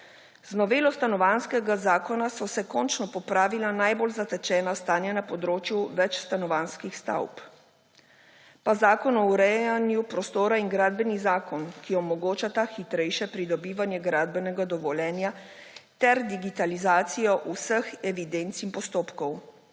Z novelo Stanovanjskega zakona so se končno popravila najbolj zatečena stanja na področju večstanovanjskih stavb. Pa Zakon o urejanju prostora in Gradbeni zakon, ki omogočata hitrejše pridobivanje gradbenega dovoljenja ter digitalizacijo vseh evidenc in postopkov.